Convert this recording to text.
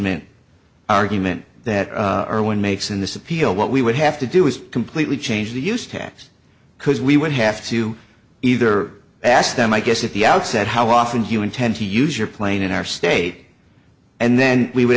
ment argument that irwin makes in this appeal what we would have to do is completely change the use tax because we would have to either ask them i guess at the outset how often do you intend to use your plane in our state and then we would